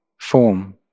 form